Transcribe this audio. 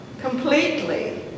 completely